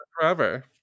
forever